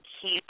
Keep